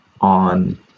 on